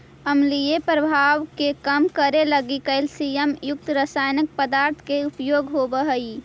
अम्लीय प्रभाव के कम करे लगी कैल्सियम युक्त रसायनिक पदार्थ के प्रयोग होवऽ हई